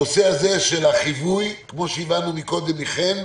הנושא הזה של החיווי כמו שהבנו מקודם מחן,